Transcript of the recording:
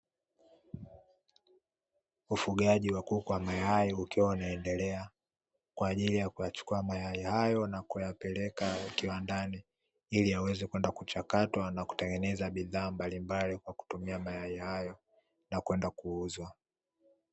Ufugaji wa kuku wa mayai, ukiwa unaendelea kwa ajili ya kuyachukua mayai hayo na kuyapeleka kiwandani, ili yaweze kwenda kuchakatwa na kutengeneza bidhaa mbalimbali kwa kutumia mayai hayo na kwenda kuuzwa.